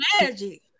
magic